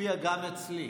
מופיעה גם אצלי.